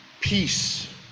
peace